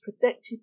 protected